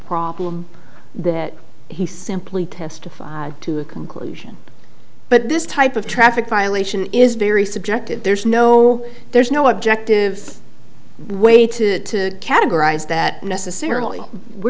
problem that he simply testified to a conclusion but this type of traffic violation is very subjective there's no there's no objective way to categorize that necessarily we're